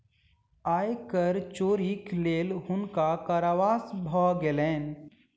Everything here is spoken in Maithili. आय कर चोरीक लेल हुनका कारावास भ गेलैन